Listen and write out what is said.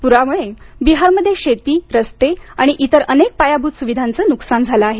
पुरामुळं बिहारमध्ये शेती रस्ते आणि इतर अनेक पायाभूत सुविधांचं नुकसान झालं आहे